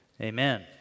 amen